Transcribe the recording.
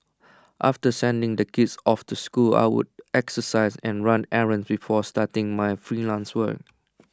after sending the kids off to school I would exercise and run errands before starting my freelance work